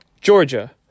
Georgia